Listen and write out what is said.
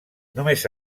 només